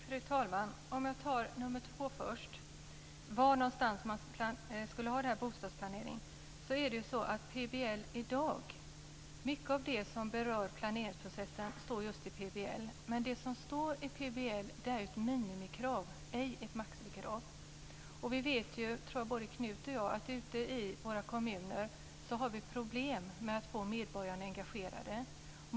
Fru talman! Jag tar fråga 2 först - var någonstans man skulle ha bostadsplanering. Mycket av det som berör planeringsprocessen i dag står i PBL. Men det som står i PBL är ett minimikrav, ej ett maximikrav. Vi vet att det ute i våra kommuner är problem med att få medborgarna engagerade.